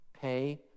Pay